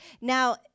Now